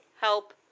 Help